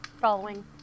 following